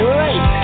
right